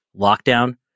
lockdown